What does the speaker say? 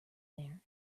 there